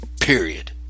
Period